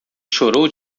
chorou